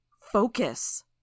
Focus